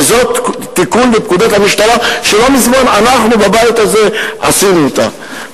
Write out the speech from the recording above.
וזה לפי תיקון לפקודת המשטרה שלא מזמן אנחנו בבית הזה עשינו אותו.